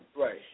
Right